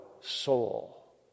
soul